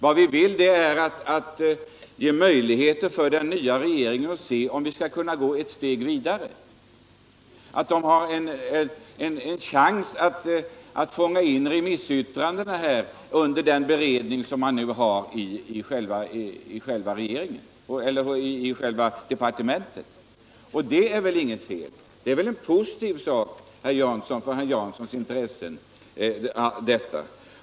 Vad vi vill är att ge den nya regeringen möjligheter att se om vi skall kunna gå ett steg vidare, att ge regeringen en chans att ingående studera remissyttranden medan beredningen i departementet pågår. Det är väl 43 inget fel? Det är väl positivt för herr Janssons intressen?